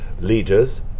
leaders